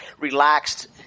relaxed